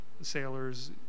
sailors